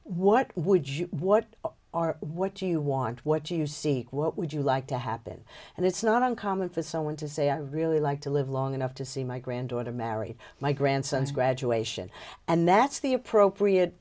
what would you what are what you want what you see what would you like to happen and it's not uncommon for someone to say i really like to live long enough to see my granddaughter marry my grandson's graduation and that's the appropriate